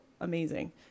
amazing